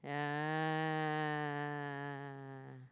ah